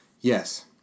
Yes